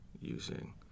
using